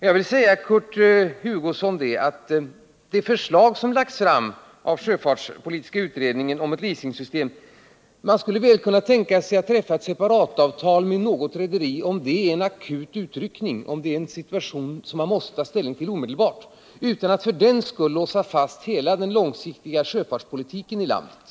Jag vill säga Kurt Hugosson beträffande det förslag om ett leasingsystem som lagts fram av sjöfartspolitiska utredningen att man mycket väl skulle kunna tänka sig att träffa ett separatavtal med något rederi, om det gäller en akut utryckning och det är fråga om en situation som man måste ta ställning till omedelbart, utan att för den skull låsa fast hela den långsiktiga sjöfartspolitiken i landet.